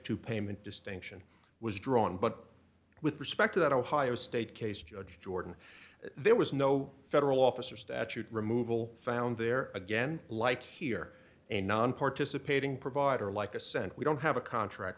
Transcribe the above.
to payment distinction was drawn but with respect to that ohio state case judge jordan there was no federal officer statute removal found there again like here and nonparticipating provider like assent we don't have a contract